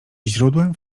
źródłem